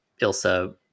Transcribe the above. Ilsa